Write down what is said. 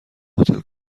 هتل